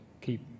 keep